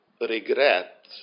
regret